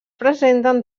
presenten